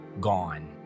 gone